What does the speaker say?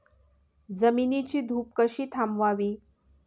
जमिनीची धूप कशी थांबवावी?